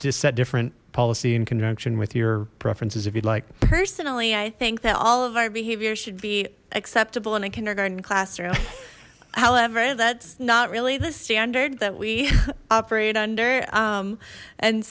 just set different policy and convention with your preferences if you'd like personally i think that all of our behaviors should be acceptable in a kindergarten classroom however that's not really the standard that we operate under